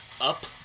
up